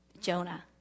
Jonah